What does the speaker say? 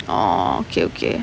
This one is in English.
orh okay okay